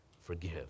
Forgive